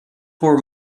four